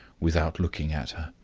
without looking at her.